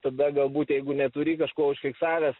tada galbūt jeigu neturi kažko užfiksavęs